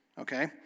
okay